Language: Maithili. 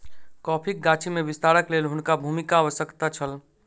कॉफ़ीक गाछी में विस्तारक लेल हुनका भूमिक आवश्यकता छल